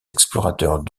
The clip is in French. explorateurs